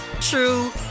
true